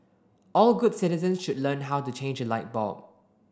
all good citizens should learn how to change a light bulb